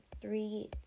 three